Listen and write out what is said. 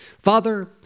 Father